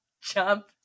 jump